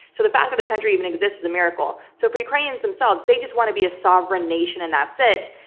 the fact that the country even exists is a miracle. so for ukrainians themselves, they just want to be a sovereign nation and that's it.